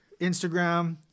Instagram